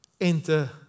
Enter